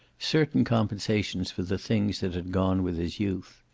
certain compensations for the things that had gone with his youth,